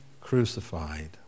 crucified